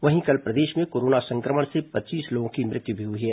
वहीं कल प्रदेश में कोरोना संक्रमण से पच्चीस लोगों की मृत्यु भी हुई है